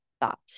thought